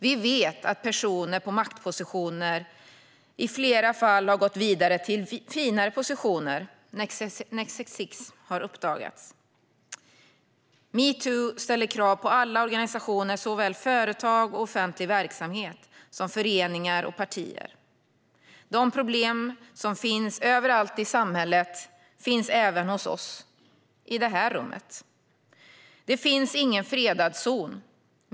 Vi vet att personer i maktpositioner i flera fall har gått vidare till finare positioner när sexism har uppdagats. Metoo ställer krav på alla organisationer, såväl företag och offentlig verksamhet som föreningar och partier. De problem som finns överallt i samhället finns även hos oss i detta rum. Det finns ingen fredad zon.